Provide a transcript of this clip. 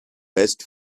best